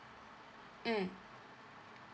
mm